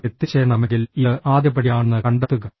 നിങ്ങൾക്ക് എത്തിച്ചേരണമെങ്കിൽ ഇത് ആദ്യപടിയാണെന്ന് കണ്ടെത്തുക